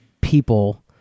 people